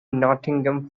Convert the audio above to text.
nottingham